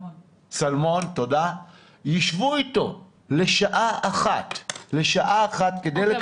סלמון ישבו איתו לשעה אחת כדי לקבל --- אוקיי,